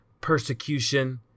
persecution